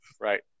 right